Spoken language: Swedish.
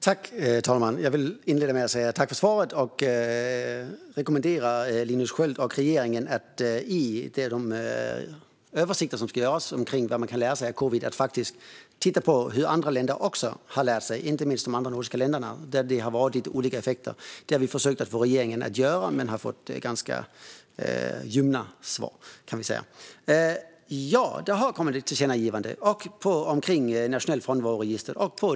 Fru talman! Jag vill inleda med att tacka för svaret och rekommendera Linus Sköld och regeringen att i de översikter som ska göras kring vad man kan lära sig av covid faktiskt också titta på vad andra länder har lärt sig. Det gäller inte minst de andra nordiska länderna, där det har varit lite olika effekter. Det har vi försökt få regeringen att göra, men jag kan säga att vi har fått ganska ljumma svar. Det har alltså kommit ett tillkännagivande om ett nationellt frånvaroregister.